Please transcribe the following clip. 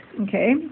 Okay